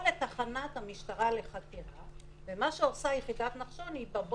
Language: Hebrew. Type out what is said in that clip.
אני לא מציע להביא משפחות - אני לא יודע.